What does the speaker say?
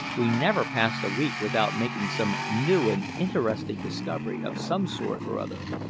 we never passed a week without making some new and interesting discovery of some sort or other,